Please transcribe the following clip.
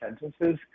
sentences